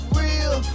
real